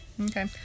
Okay